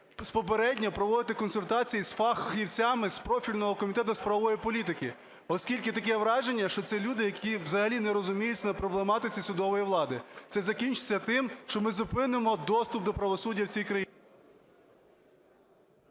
попередньо проводити консультації з фахівцями з профільного Комітету з правової політики, оскільки таке враження, що це люди, які взагалі не розуміються на проблематиці судової влади. Це закінчиться тим, що ми зупинимо доступ до правосуддя в цій країні…